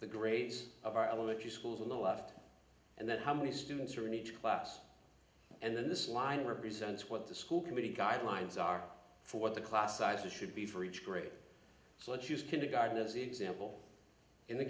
the grace of our elementary schools in the afternoon and then how many students are in each class and then this line represents what the school committee guidelines are for what the class sizes should be for each grade so let's use kindergarten as example in the